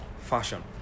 fashion